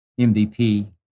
MVP